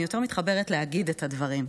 אני יותר מתחברת ללהגיד את הדברים.